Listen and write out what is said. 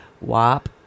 WAP